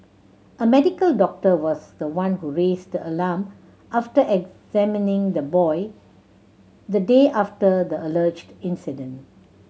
a medical doctor was the one who raised the alarm after examining the boy the day after the alleged incident